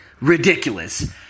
ridiculous